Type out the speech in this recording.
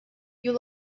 you